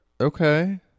Okay